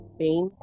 pain